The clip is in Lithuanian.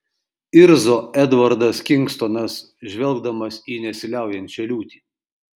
irzo edvardas kingstonas žvelgdamas į nesiliaujančią liūtį